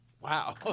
Wow